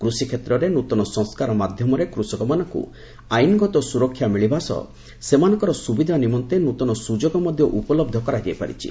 କୃଷିକ୍ଷେତ୍ରରେ ନୃତନ ସଂସ୍କାର ମାଧ୍ୟମରେ କୃଷକମାନଙ୍କୁ ଆଇନଗତ ସୁରକ୍ଷା ମିଳିବା ସହ ସେମାନଙ୍କର ସୁବିଧା ନିମନ୍ତେ ନୂତନ ସୁଯୋଗ ମଧ୍ୟ ଉପଲହ୍ଧ କରାଯାଇପାରିଛି